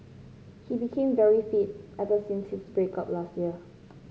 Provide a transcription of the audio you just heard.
he became very fit ever since his break up last year